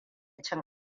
cin